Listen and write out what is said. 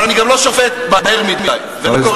אבל אני גם לא שופט מהר מדי ולא קורא